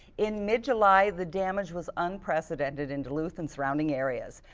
in mid-july, the damage was unprecedented in duluth and surrounding areas.